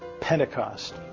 Pentecost